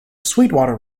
sweetwater